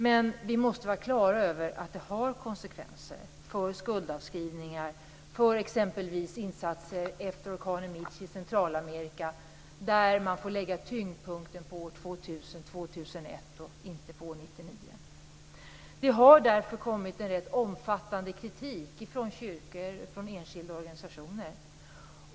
Men vi måste vara klara över att det har konsekvenser för skuldavskrivningar för exempelvis insatser efter orkanen Mitch i Centralamerika, där man får lägga tyngdpunkten på åren 2000, 2001 och inte på år 1999. Det har därför kommit en rätt omfattande kritik från kyrkor och enskilda organisationer.